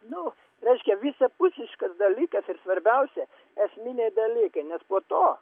nu reiškia visapusiškas dalykas ir svarbiausia esminiai dalykai nes po to